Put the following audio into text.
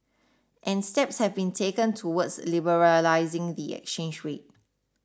and steps have been taken towards liberalising the exchange rate